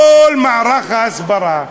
כל מערך ההסברה.